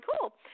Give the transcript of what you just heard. cool